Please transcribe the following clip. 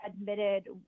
admitted